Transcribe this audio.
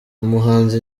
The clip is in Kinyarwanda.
umuhanzi